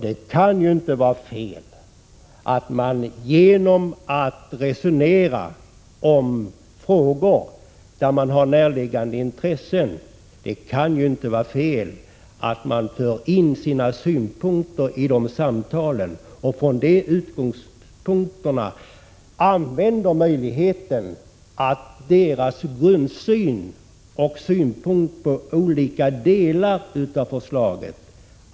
Det kan ju inte vara fel att man genom att resonera om frågor där man har närliggande intressen för fram sina synpunkter vid de samtalen och från de utgångspunkterna använder möjligheten att ta reda på 35 varandras grundsyn och synpunkter på olika delar av förslaget.